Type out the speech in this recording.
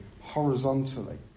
horizontally